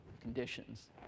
conditions